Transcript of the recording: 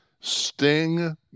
Sting